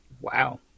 wow